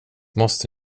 måste